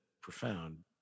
profound